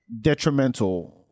detrimental